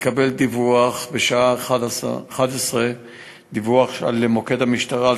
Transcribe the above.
התקבל דיווח בשעה 11:00 למוקד המשטרה על